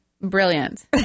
Brilliant